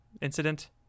incident